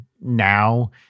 now